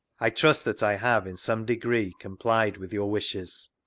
i trust that i have, in some degree, complied with your wishes.